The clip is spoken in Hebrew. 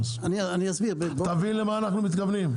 הבנתם למה אנחנו מתכוונים?